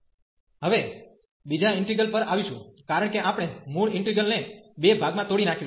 હવે બીજા ઇન્ટિગલ પર આવીશું કારણ કે આપણે મૂળ ઇન્ટિગલ ને બે ભાગમાં તોડી નાખ્યું છે